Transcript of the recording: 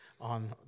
on